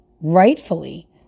rightfully